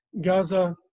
Gaza